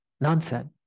nonsense